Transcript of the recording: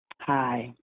Hi